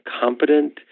competent